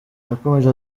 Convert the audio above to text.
yakomeje